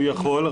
הוא יכול,